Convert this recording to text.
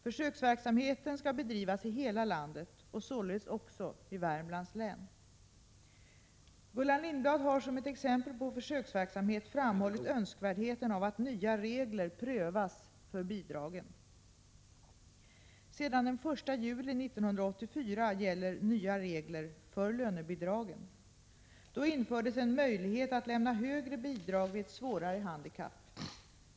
Försöksverksamheten skall bedrivas i hela landet och således också i Värmlands län. Gullan Lindblad har som ett exempel på försöksverksamhet framhållit önskvärdheten av att nya regler prövas för bidragen. Sedan den 1 juli 1984 gäller nya regler för lönebidragen. Då infördes en möjlighet att lämna högre bidrag vid ett svårare handikapp.